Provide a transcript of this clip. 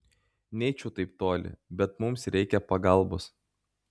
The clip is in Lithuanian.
neeičiau taip toli bet mums reikia pagalbos